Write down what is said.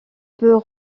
peut